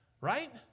right